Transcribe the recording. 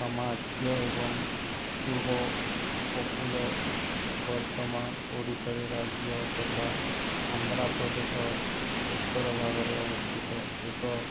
ସାମାଜ୍ୟ ଏବଂ ପୂର୍ବ ଉପକୂଲ ବର୍ତ୍ତମାନ ଓଡ଼ିଶାରେ ରାଜ୍ୟ ତଥା ଆନ୍ଧ୍ରପ୍ରଦେଶ ଉତ୍ତର ଭାଗରେ ଅବସ୍ଥିତ ଏକ